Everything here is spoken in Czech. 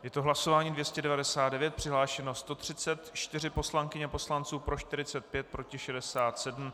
Je to hlasování 299, přihlášeno 134 poslankyň a poslanců, pro 45, proti 67.